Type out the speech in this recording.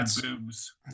boobs